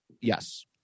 yes